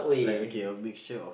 like okay a mixture of